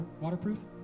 waterproof